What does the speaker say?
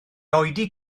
oedi